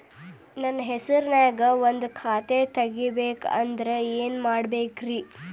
ನನ್ನ ಹೆಸರನ್ಯಾಗ ಒಂದು ಖಾತೆ ತೆಗಿಬೇಕ ಅಂದ್ರ ಏನ್ ಮಾಡಬೇಕ್ರಿ?